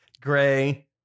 gray